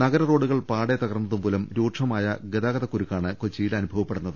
നഗര റോഡുകൾ പാടെ തകർന്നതുമൂലം രൂക്ഷമായ ഗതാഗത കുരു ക്കാണ് കൊച്ചിയിൽ അനുഭവപ്പെടുന്നത്